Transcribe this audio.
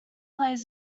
plays